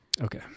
Okay